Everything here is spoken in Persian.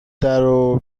درو